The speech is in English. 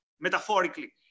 metaphorically